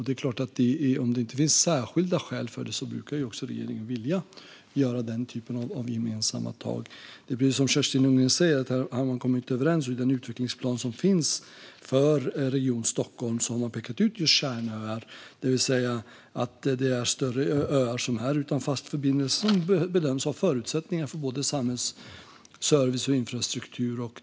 Det är klart att om det inte finns särskilda skäl för det brukar regeringen vilja göra denna typ av gemensamma tag. Precis som Kerstin Lundgren säger har man i den utvecklingsplan som finns för Region Stockholm kommit överens om och pekat ut kärnöar, det vill säga större öar utan fast förbindelse som bedöms ha förutsättningar för både samhällsservice och infrastruktur.